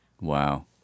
Wow